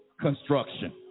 construction